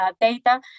data